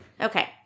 Okay